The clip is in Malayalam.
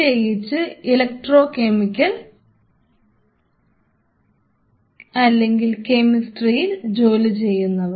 പ്രത്യേകിച്ച് ഇലക്ട്രോ കെമിസ്ട്രിയിൽ ജോലി ചെയ്യുന്നവർ